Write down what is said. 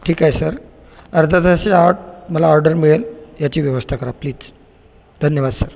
ठीक आहे सर अर्धा तासाच्या आत मला ऑर्डर मिळेल याची व्यवस्था करा प्लीज धन्यवाद सर